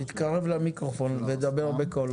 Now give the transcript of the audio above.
תתקרב למיקרופון ודבר בקול.